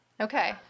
Okay